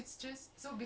mm